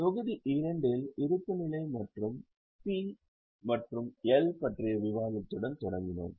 தொகுதி 2 இல் இருப்புநிலை மற்றும் P மற்றும் L பற்றிய விவாதத்துடன் தொடங்கினோம்